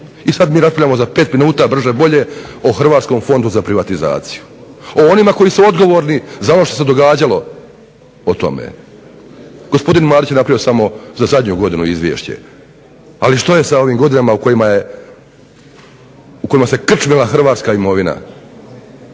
I sad mi raspravljamo za 5 minuta brže bolje o Hrvatskom fondu za privatizaciju, o onima koji su odgovorni za ono što se događalo o tome. Gospodin Marić je napravio samo za zadnju godinu izvješće, ali što je sa ovim godinama u kojima je, u kojima se krčmila hrvatska imovina,